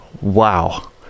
Wow